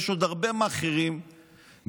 יש עוד הרבה מאכערים בעקבותיו,